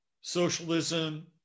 Socialism